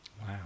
wow